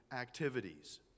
activities